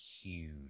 huge